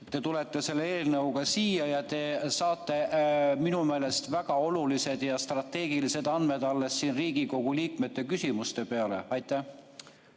te tulete selle eelnõuga siia ja te saate minu meelest väga olulised ja strateegilised andmed alles siin Riigikogu liikmete küsimuste peale? Aitäh,